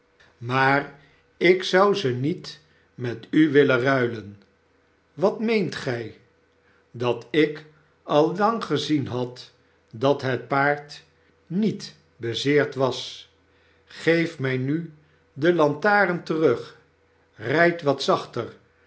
ij ik zou ze niet met u willen ruilen wat meent gij dat ik al lang gezien had dat het paard niet bezeerd was geef mij nu de lantaren terug rijd wat zachter